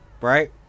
Right